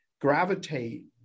gravitate